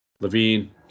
Levine